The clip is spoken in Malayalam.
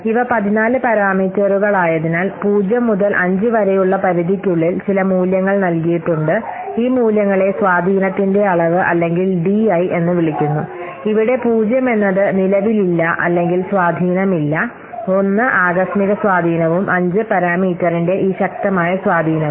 ഇവ 14 പാരാമീറ്ററുകളായതിനാൽ 0 മുതൽ 5 വരെയുള്ള പരിധിക്കുള്ളിൽ ചില മൂല്യങ്ങൾ നൽകിയിട്ടുണ്ട് ഈ മൂല്യങ്ങളെ സ്വാധീനത്തിന്റെ അളവ് അല്ലെങ്കിൽ ഡിഐ എന്ന് വിളിക്കുന്നു ഇവിടെ 0 എന്നത് നിലവിലില്ല അല്ലെങ്കിൽ സ്വാധീനമില്ല ഒന്ന് ആകസ്മിക സ്വാധീനവും 5 പാരാമീറ്ററിന്റെ ഈ ശക്തമായ സ്വാധീനവും